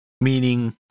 meaning